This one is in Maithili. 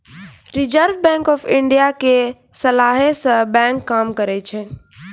रिजर्व बैंक आफ इन्डिया के सलाहे से बैंक काम करै छै